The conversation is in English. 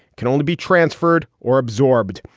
can only be transferred or absorbed.